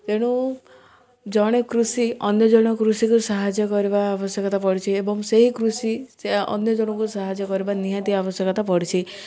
ତେଣୁ ଜଣେ କୃଷି ଅନ୍ୟ ଜଣ କୃଷିକୁ ସାହାଯ୍ୟ କରିବା ଆବଶ୍ୟକତା ପଡ଼ିଛି ଏବଂ ସେହି କୃଷି ଅନ୍ୟ ଜଣଙ୍କୁ ସାହାଯ୍ୟ କରିବା ନିହାତି ଆବଶ୍ୟକତା ପଡ଼ିଛି